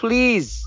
Please